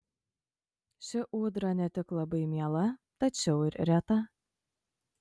ši ūdra ne tik labai miela tačiau ir reta